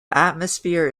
atmosphere